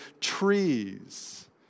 trees